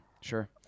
Sure